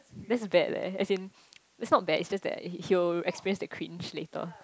that's bad leh as in it's not bad it's just that he will experience the cringe later